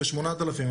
ב8,000,